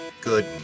good